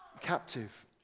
captive